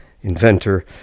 inventor